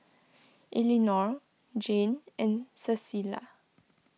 Elinore Jane and Cecilia